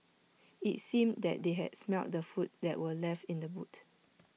IT seemed that they had smelt the food that were left in the boot